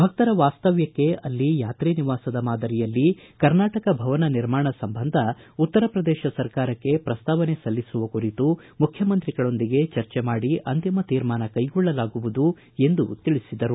ಭಕ್ತರ ವಾಸ್ತವ್ಯಕ್ಷೆ ಅಲ್ಲಿ ಯಾತ್ರೀ ನಿವಾಸದ ಮಾದರಿಯಲ್ಲಿ ಕರ್ನಾಟಕ ಭವನ ನಿರ್ಮಾಣ ಸಂಬಂಧ ಉತ್ತರಪ್ರದೇಶ ಸರ್ಕಾರಕ್ಕೆ ಪ್ರಸ್ತಾವನೆ ಸಲ್ಲಿಸುವ ಕುರಿತು ಮುಖ್ಯಮಂತ್ರಿಗಳೊಂದಿಗೆ ಚರ್ಚೆ ಮಾಡಿ ಅಂತಿಮ ತೀರ್ಮಾನ ಕೈಗೊಳ್ಳಲಾಗುವುದು ಎಂದು ತಿಳಿಸಿದರು